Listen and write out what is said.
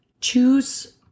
choose